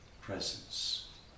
presence